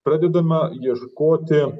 pradedama ieškoti